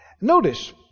Notice